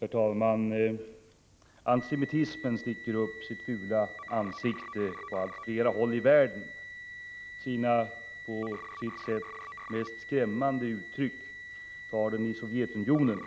Herr talman! Antisemitismen sticker upp sitt fula ansikte på allt flera håll i världen. Sina på sitt sätt mest skrämmande uttryck tar den i Sovjetunionen.